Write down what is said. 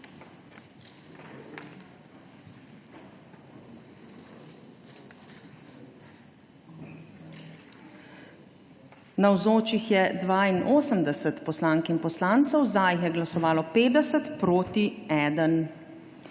Navzočih je 82 poslank in poslancev, za jih je glasovalo 50, proti 1.